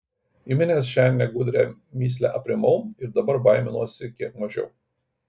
įminęs šią negudrią mįslę aprimau ir dabar baiminuosi kiek mažiau